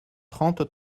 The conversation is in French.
trente